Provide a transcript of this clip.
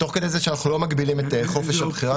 תוך כדי זה שאנחנו לא מגבילים את חופש הבחירה.